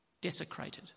desecrated